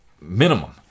minimum